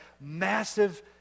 massive